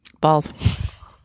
Balls